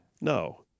No